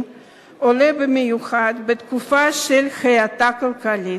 עולה במיוחד בתקופה של האטה כלכלית,